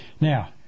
Now